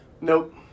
Nope